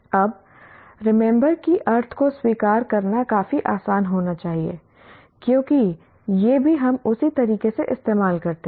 अब रिमेंबर कि अर्थ को स्वीकार करना काफी आसान होना चाहिए क्योंकि यह भी हम उसी तरीके से इस्तेमाल करते हैं